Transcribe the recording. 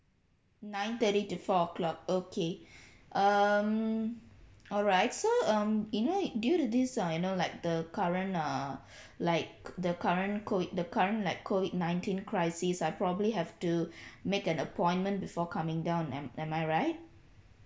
nine thirty to four o'clock okay um alright so um you know due to this I know like the current err like the current COVID the current like COVID nineteen crisis I probably have to make an appointment before coming down am am I right